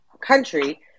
country